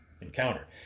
encounter